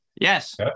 yes